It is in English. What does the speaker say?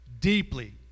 deeply